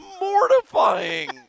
mortifying